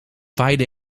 waaide